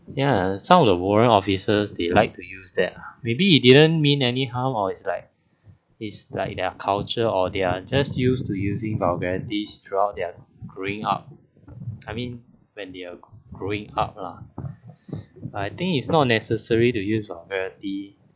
yeah some of the warrant officers they like to use that ah maybe they didn't mean any harm or it's like it's like their culture or they're just used to using vulgarities throughout their growing up I mean when they are growing up lah I think is not necessary to use vulgarity